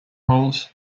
holes